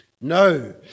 No